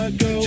go